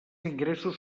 ingressos